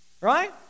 Right